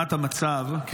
תמונת המצב,